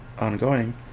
ongoing